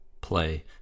play